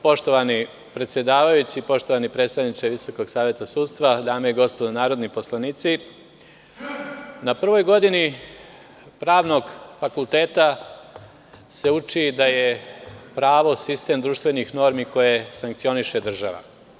Poštovani predsedavajući, poštovani predstavniče Visokog saveta sudstva, dame i gospodo narodni poslanici, na prvoj godini Pravnog fakulteta se uči da je pravo sistem društvenih normi koje sankcioniše država.